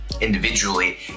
individually